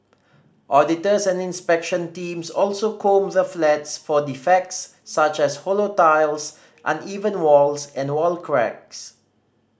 auditors and inspection teams also comb the flats for defects such as hollow tiles uneven walls and wall cracks